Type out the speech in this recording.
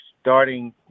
starting